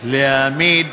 להעמיד